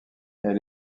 elle